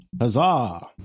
Huzzah